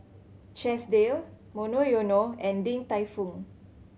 Chesdale Monoyono and Din Tai Fung